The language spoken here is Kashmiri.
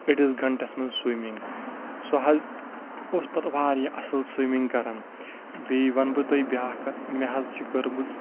أڑس گنٛٹس منٛز سُیمنٛگ سُہ حظ اوس پتہٕ واریاہ اصل سُیمنٛگ کران بیٚیہِ ونہٕ بہٕ تۄہہِ بیٛاکھ کتھ مےٚ حظ چھ کٔرۍ مٕژ